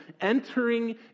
entering